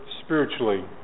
spiritually